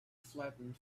flattened